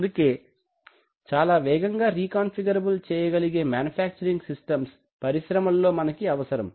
అందుకే చాలా వేగంగా రీ కాంఫిగరబుల్ చేయగలిగే మాన్యుఫ్యాక్చరింగ్ సిస్టమ్స్ పరిశ్రమల్లో మనకి అవసరం